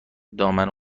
دامن